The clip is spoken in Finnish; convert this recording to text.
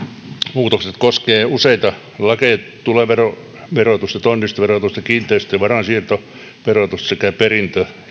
muutokset koskevat useita lakeja tuloverotusta tonnistoverotusta kiinteistö ja varainsiirtoverotusta sekä perintö